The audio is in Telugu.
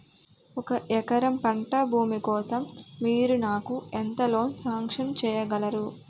ఒక ఎకరం పంట భూమి కోసం మీరు నాకు ఎంత లోన్ సాంక్షన్ చేయగలరు?